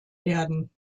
werden